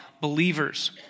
believers